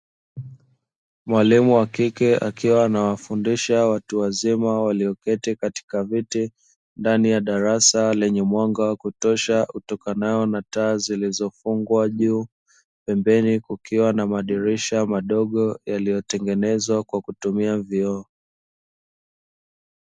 Mwalimu wa kike akiwa anawafundisha watu wazima walioketi katika viti, ndani ya darasa lenye mwanga wa kutosha utokanao na taa zilizofungwa juu, pembeni kukiwa na madirisha madogo yaliyotengenezwa kwa kutumia vioo.